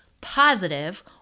positive